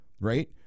right